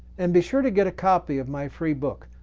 and be sure to get a copy of my free book,